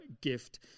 gift